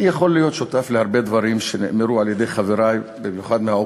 אני יכול להיות שותף להרבה דברים שנאמרו על-ידי חברי,